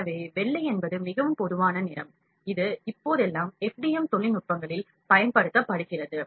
எனவே வெள்ளை என்பது மிகவும் பொதுவான நிறம் இது இப்போதெல்லாம் FDM தொழில்நுட்பங்களில் பயன்படுத்தப்படுகிறது